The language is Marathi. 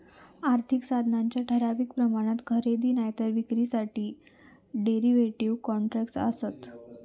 आर्थिक साधनांच्या ठराविक प्रमाणात खरेदी नायतर विक्रीसाठी डेरीव्हेटिव कॉन्ट्रॅक्टस् आसत